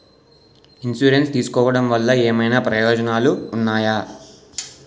Insurance తీసుకోవటం వల్ల ఏమైనా ప్రయోజనాలు ఉన్నాయా?